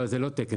לא, זה לא תקן.